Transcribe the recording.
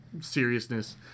seriousness